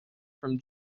from